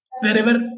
wherever